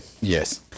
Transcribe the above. Yes